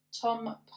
Tom